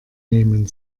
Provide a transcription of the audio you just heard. nehmen